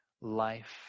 life